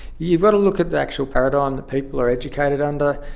you've got to look at the actual paradigm that people are educated under.